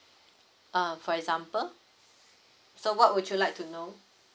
uh for example so what would you like to know